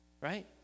right